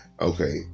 okay